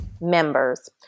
members